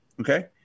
Okay